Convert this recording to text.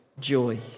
joy